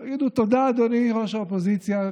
תגידו: תודה, אדוני ראש האופוזיציה,